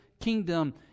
kingdom